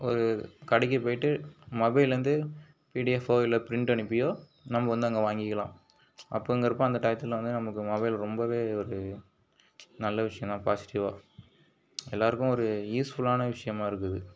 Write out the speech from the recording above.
ஒரு கடைக்கு போயிட்டு மொபைல்லேருந்து பிடிஎஃப் இல்லை பிரிண்ட் அனுப்பியோ நம்ம வந்து அங்கே வாங்கிக்கலாம் அப்போங்குறப்ப அந்த டயத்தில் வந்து நமக்கு மொபைல் ரொம்பவே ஒரு நல்ல விஷயந்தான் பாசிட்டிவ்வாக எல்லாருக்கும் ஒரு யூஸ்ஃபுல்லான விஷயமாக இருக்குது